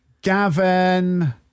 Gavin